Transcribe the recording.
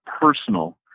personal